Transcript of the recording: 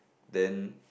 then